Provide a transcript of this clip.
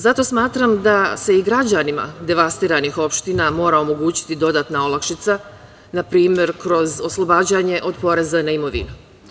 Zato smatram da se i građanima devastiranih opština mora omogućiti dodatna olakšica, na primer, kroz oslobađanje od poreza na imovinu.